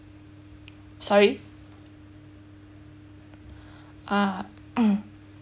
sorry ah